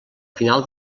final